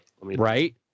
right